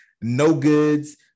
no-goods